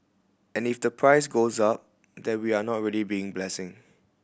and if the price goes up then we are not really being blessing